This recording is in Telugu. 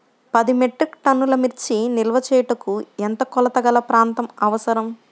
పది మెట్రిక్ టన్నుల మిర్చి నిల్వ చేయుటకు ఎంత కోలతగల ప్రాంతం అవసరం?